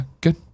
Good